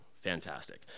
fantastic